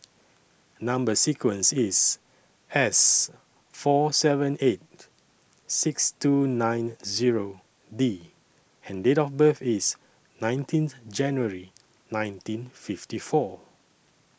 Number sequence IS S four seven eight six two nine Zero D and Date of birth IS nineteen January nineteen fifty four